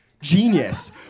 Genius